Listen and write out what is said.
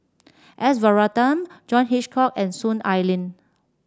S Varathan John Hitchcock and Soon Ai Ling